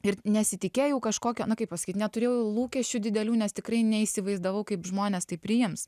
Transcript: ir nesitikėjau kažkokio nu kaip pasakyt neturėjau lūkesčių didelių nes tikrai neįsivaizdavau kaip žmonės tai priims